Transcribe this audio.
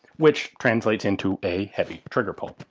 which translates into a heavy trigger pull.